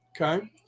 Okay